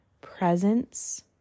presence